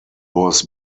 was